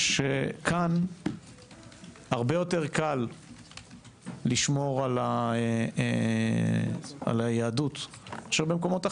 שכאן הרבה יותר קל לשמור על היהדות מאשר במקומות אחרים.